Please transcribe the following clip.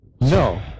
No